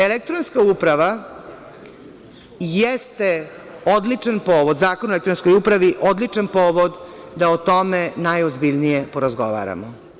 Elektronska uprava jeste odličan povod, Zakon o elektronskoj upravi odličan povod da o tome najozbiljnije porazgovaramo.